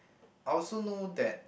I also know that